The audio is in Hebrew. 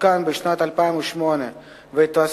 תוקן בשנת 2008 והתווספו